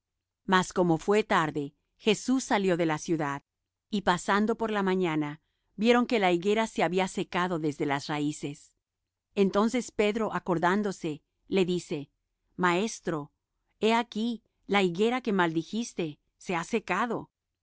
mas como fué tarde jesús salió de la ciudad y pasando por la mañana vieron que la higuera se había secado desde las raíces entonces pedro acordándose le dice maestro he aquí la higuera que maldijiste se ha secado